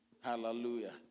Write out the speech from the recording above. Hallelujah